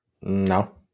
No